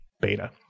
beta